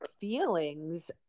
feelings